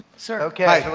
sir. okay.